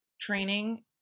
training